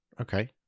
okay